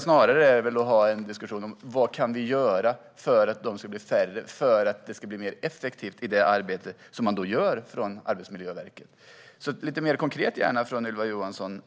Snarare ska vi ha en diskussion om vad vi kan göra för att de ska bli färre och för att det arbete som Arbetsmiljöverket bedriver ska bli effektivare. Jag skulle gärna vilja höra lite mer konkret från Ylva Johansson: